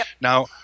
Now